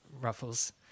Ruffles